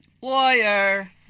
Lawyer